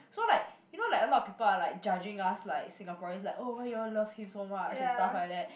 so like you know like a lot of people are like judging us like Singaporeans like oh why you all love him so much and stuff like that